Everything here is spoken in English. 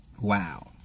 Wow